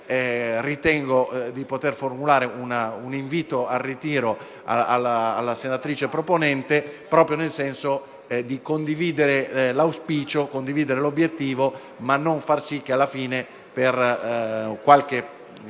ritengo di poter formulare un invito al ritiro alla senatrice proponente dell'emendamento 5.8, proprio nel senso di condividere l'auspicio e l'obiettivo, ma non di far sì che alla fine, per qualche